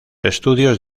estudios